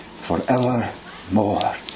forevermore